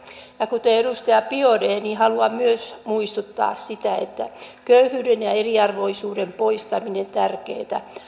kuten edustaja biaudet haluan myös muistuttaa siitä että köyhyyden ja eriarvoisuuden poistaminen on tärkeätä